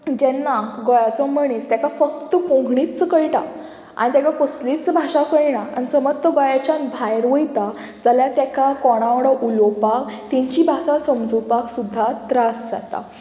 जेन्ना गोंयाचो मनीस ताका फक्त कोंकणीच कळटा आनी ताका कसलीच भाशा कळना आनी समज तो गोंयाच्यान भायर वयता जाल्यार ताका कोणा वांगडा उलोवपाक तांची भाशा समजोवपाक सुद्दां त्रास जाता